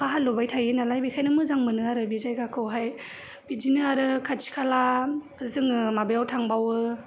अखा हालुबाय थायो नालाय बेखायनो मोजां मोनो आरो बे जायगाखौहाय बिदिनो आरो खाथि खाला जोङो माबायाव थांबावो